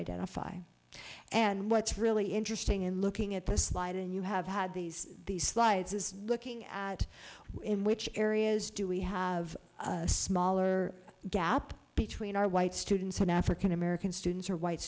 identify and what's really interesting in looking at the slide and you have had these these slides is looking at in which areas do we have a smaller gap between our white students and african american students or white